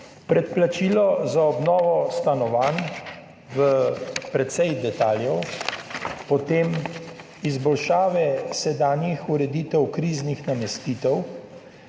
Predplačilo za obnovo stanovanj - precej detajlov -, potem izboljšave sedanjih ureditev kriznih namestitev